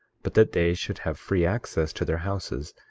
but that they should have free access to their houses,